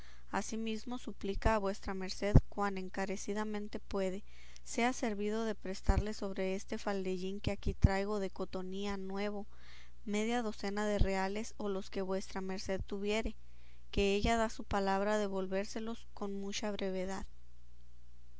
asimismo suplica a vuestra merced cuan encarecidamente puede sea servido de prestarle sobre este faldellín que aquí traigo de cotonía nuevo media docena de reales o los que vuestra merced tuviere que ella da su palabra de volvérselos con mucha brevedad